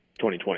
2020